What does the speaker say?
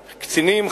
קצינים,